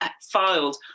filed